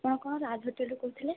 ଆପଣ କ'ଣ ରାଜ୍ ହୋଟେଲ୍ରୁ କହୁଥିଲେ